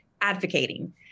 advocating